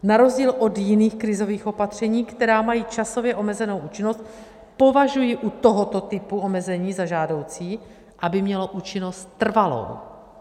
Na rozdíl od jiných krizových opatření, která mají časově omezenou účinnost, považuji u tohoto typu omezení za žádoucí, aby mělo účinnost trvalou.